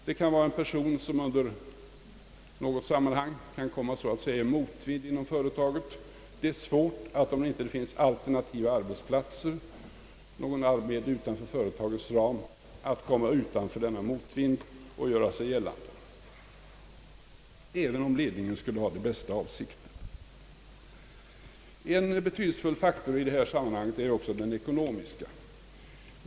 Om en person i något sammanhang kommer i motvind inom företaget, kan det vara svårt för vederbörande att — om det inte finns alternativa arbetsplatser eller något motsvarande arbete utanför företagets ram — göra sig gällande, även om ledningen skulle ha de bästa avsikter. En betydelsefull faktor i detta sammanhang är också den ekonomiska.